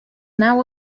now